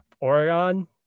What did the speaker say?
Oregon